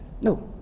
No